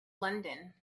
london